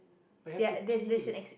we have to pay